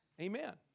Amen